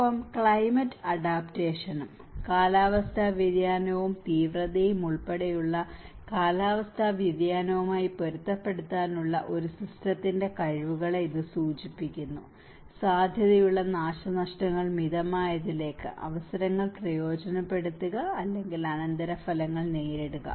ഒപ്പം ക്ലൈമറ്റ് അഡാപ്റ്റേഷനും കാലാവസ്ഥാ വ്യതിയാനവും തീവ്രതയും ഉൾപ്പെടെയുള്ള കാലാവസ്ഥാ വ്യതിയാനവുമായി പൊരുത്തപ്പെടാനുള്ള ഒരു സിസ്റ്റത്തിന്റെ കഴിവുകളെ ഇത് സൂചിപ്പിക്കുന്നു സാധ്യതയുള്ള നാശനഷ്ടങ്ങൾ മിതമായതിലേക്ക് അവസരങ്ങൾ പ്രയോജനപ്പെടുത്തുക അല്ലെങ്കിൽ അനന്തരഫലങ്ങൾ നേരിടുക